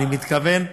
אני מתכוון.